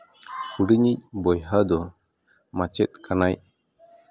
ᱦᱩᱰᱤᱧ ᱤᱡ ᱵᱚᱭᱦᱟ ᱫᱚ ᱢᱟᱪᱮᱫ ᱠᱟᱱᱟᱭ